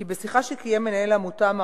כי בשיחה שקיים מנהל העמותה,